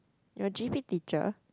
your g_p teacher